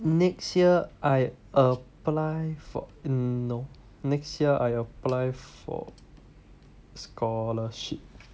next year I apply for mm no next year I apply for scholarship